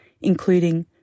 including